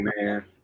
man